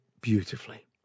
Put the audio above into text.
beautifully